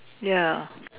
ya